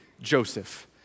Joseph